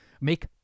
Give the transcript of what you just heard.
make